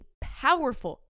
powerful